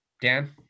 Dan